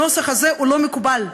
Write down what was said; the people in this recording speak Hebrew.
הנוסח הזה לא מקובל,